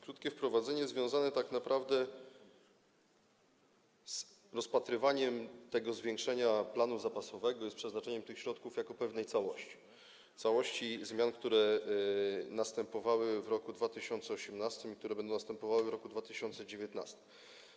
Krótkie wprowadzenie jest związane tak naprawdę z rozpatrywaniem tego zwiększenia planu zapasowego i z przeznaczeniem tych środków jako pewnej całości - dotyczy to całości zmian, które następowały w roku 2018 i które będą następowały w roku 2019.